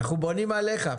אנחנו בונים עליך.